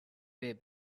way